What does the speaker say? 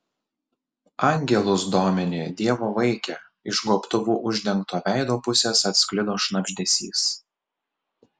angelus domini dievo vaike iš gobtuvu uždengto veido pusės atsklido šnabždesys